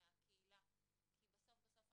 את 'בטרם',